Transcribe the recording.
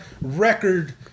record